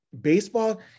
Baseball